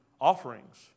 offerings